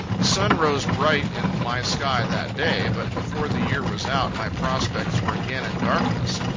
the sun rose bright in my sky that day but before the year was out, my prospects were again in darkness.